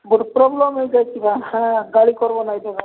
ଗୋଟେ ପ୍ରୋବ୍ଲେମ୍ ହେଇଯାଇଛି ବା ହା ଗାଳି କର୍ବା ନାଇ ଯେ